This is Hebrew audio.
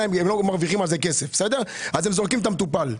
לא מרוויחים על זה כסף אז זורקים את המטופל,